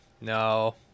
no